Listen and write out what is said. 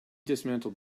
dismantled